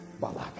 Balak